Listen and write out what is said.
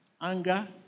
anger